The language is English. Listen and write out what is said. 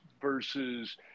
versus